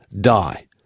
die